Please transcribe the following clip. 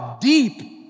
deep